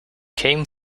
came